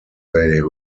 they